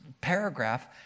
paragraph